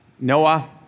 Noah